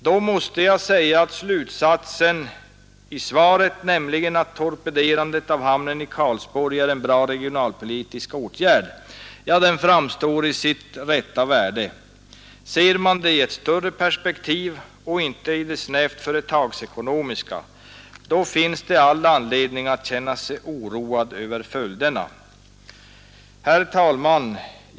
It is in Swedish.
Då måste jag säga att slutsatsen i svaret, nämligen att torpederandet av hamnen i Karlsborg är en bra regionalpolitisk åtgärd, framstår i sitt rätta värde. Ser man det i ett större perspektiv och inte i det snävt företagsekonomiska, finns det all anledning att känna sig oroad över följderna. Herr talman!